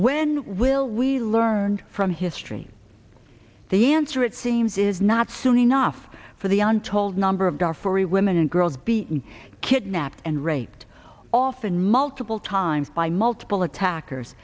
when will we learn from history the answer it seems is not soon enough for the untold number of darfur women and girls being kidnapped and raped often multiple times by multiple attackers